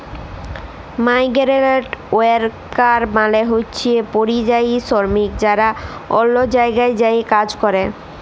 migrant worker মালে হছে পরিযায়ী শরমিক যারা অল্য জায়গায় যাঁয়ে কাজ ক্যরে